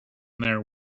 there